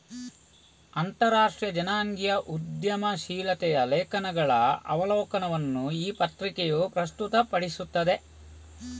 ಅಂತರರಾಷ್ಟ್ರೀಯ ಜನಾಂಗೀಯ ಉದ್ಯಮಶೀಲತೆಯ ಲೇಖನಗಳ ಅವಲೋಕನವನ್ನು ಈ ಪತ್ರಿಕೆಯು ಪ್ರಸ್ತುತಪಡಿಸುತ್ತದೆ